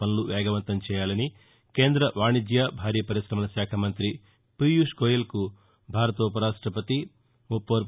పనులు వేగవంతం చేయాలని కేంద వాణిజ్య భారీ పర్కిశమల శాఖ మంతి పీయుష్ గోయల్కు భారత ఉప రాష్టపతి ఎం